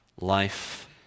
life